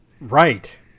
Right